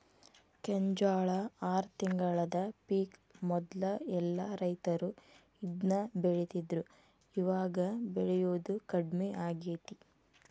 ಕೆಂಜ್ವಾಳ ಆರ ತಿಂಗಳದ ಪಿಕ್ ಮೊದ್ಲ ಎಲ್ಲಾ ರೈತರು ಇದ್ನ ಬೆಳಿತಿದ್ರು ಇವಾಗ ಬೆಳಿಯುದು ಕಡ್ಮಿ ಆಗೇತಿ